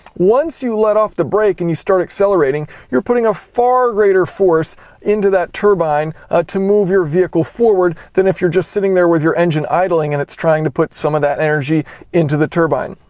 once you let off the brake and you start accelerating, you're putting a far greater force into that turbine to move your vehicle forward than if you're just sitting there with your engine idling and it's trying to put some of that energy into the turbine.